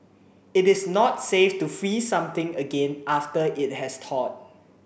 it is not safe to freeze something again after it has thawed